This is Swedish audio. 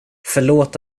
förlåt